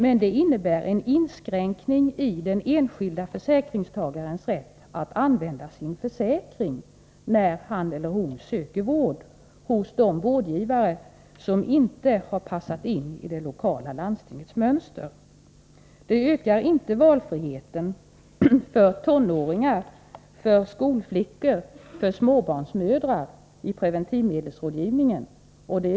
Men de innebär en inskränkning i den enskilde försäkringstagarens rätt att använda sin försäkring när han eller hon söker vård hos de vårdgivare som inte har passat in i det lokala landstingets mönster. Valfriheten ökas inte för tonåringar, för skolflickor och för småbarnsmödrar vid preventivmedelsrådgivningen.